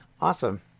Awesome